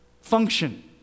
Function